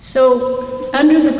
so under the